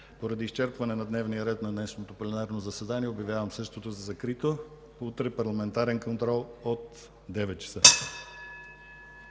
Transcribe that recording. Поради изчерпване на дневния ред на днешното пленарно заседание го обявявам за закрито. Утре – парламентарен контрол от 9,00 ч.